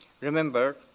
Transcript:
Remember